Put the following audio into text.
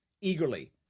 eagerly